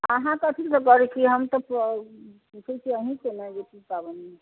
अहाँ कथि सभ करैत छी हम तऽ पुछैत छी अहीँ से ने की पाबनि